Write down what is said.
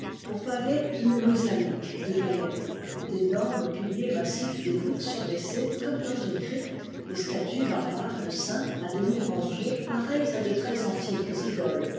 pour pavé une mosaïque de galets d'énormes piliers massifs des voûtes surbaissées comme dans une crypte des statues barbares de saints à demi rongées pareilles à de très antiques idoles